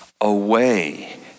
away